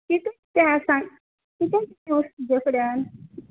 कितें तें आं सांग कितें घेन बसल्यान